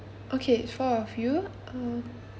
okay four of you uh